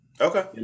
Okay